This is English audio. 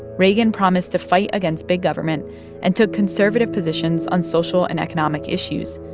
reagan promised to fight against big government and took conservative positions on social and economic issues,